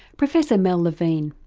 professor mel levine.